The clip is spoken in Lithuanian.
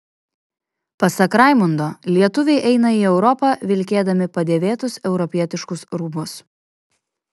pasak raimundo lietuviai eina į europą vilkėdami padėvėtus europietiškus rūbus